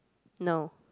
no